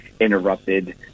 interrupted